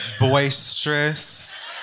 boisterous